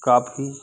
काफ़ी